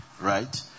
right